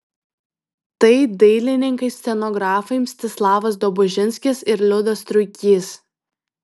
tai dailininkai scenografai mstislavas dobužinskis ir liudas truikys